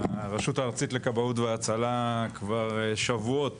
הרשות הארצית לכבאות והצלה כבר שבועות